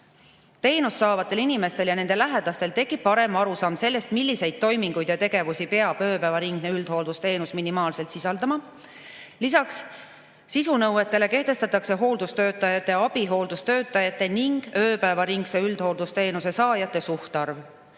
Teenust saavatel inimestel ja nende lähedastel tekib parem arusaam sellest, milliseid toiminguid ja tegevusi peab ööpäevaringne üldhooldusteenus minimaalselt sisaldama. Lisaks sisunõuetele kehtestatakse hooldustöötajate, abihooldustöötajate ning ööpäevaringse üldhooldusteenuse saajate suhtarv.